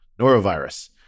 norovirus